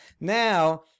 now